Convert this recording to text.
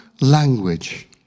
language